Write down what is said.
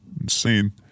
insane